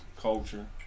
culture